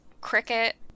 Cricket